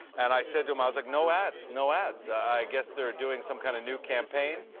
and i said to him, i was like, no ads. no ads. i guess they're doing some kind of new campaign?